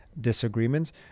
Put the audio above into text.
disagreements